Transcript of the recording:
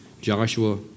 Joshua